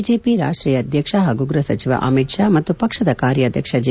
BJP ರಾಷ್ಟೀಯ ಅಧ್ಯಕ್ಷ ಹಾಗೂ ಗೃಪ ಸಚಿವ ಅಮಿತ್ ಶಾ ಮತ್ತು ಪಕ್ಷದ ಕಾರ್ಯಾಧ್ಯಕ್ಷ ಜೆ